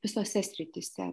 visose srityse